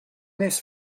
this